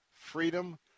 freedom